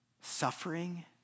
suffering